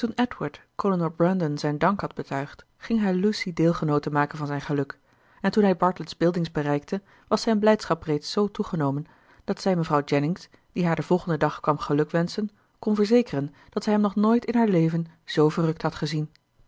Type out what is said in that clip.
zijn dank had betuigd ging hij lucy deelgenoote maken van zijn geluk en toen hij bartlett's buildings bereikte was zijn blijdschap reeds zoo toegenomen dat zij mevrouw jennings die haar den volgenden dag kwam gelukwenschen kon verzekeren dat zij hem nog nooit in haar leven zoo verrukt had gezien